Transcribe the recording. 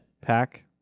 pack